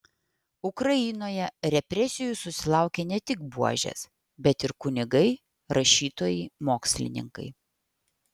ukrainoje represijų susilaukė ne tik buožės bet ir kunigai rašytojai mokslininkai